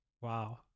Wow